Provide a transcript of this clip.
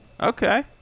Okay